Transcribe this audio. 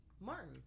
Martin